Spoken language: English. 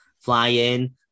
fly-in